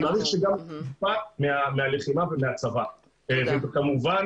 אני מעריך שגם אכפת מהלחימה והצבא וכמובן